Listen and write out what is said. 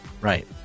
right